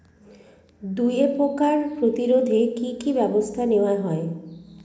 দুয়ে পোকার প্রতিরোধে কি কি ব্যাবস্থা নেওয়া হয়?